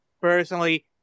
personally